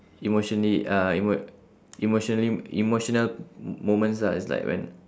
emotionally uh emo~ emotionally emotional m~ moments ah it's like when